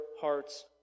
hearts